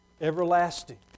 Everlasting